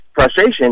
frustration